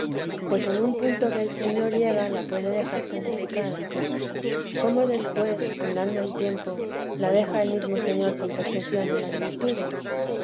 pues en un punto que el señor llega la puede dejar santificada cómo después andando el tiempo la deja el mesmo señor con perfección en las virtudes